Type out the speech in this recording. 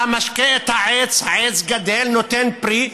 אתה משקה את העץ, העץ גדל, נותן פרי.